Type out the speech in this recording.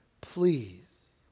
please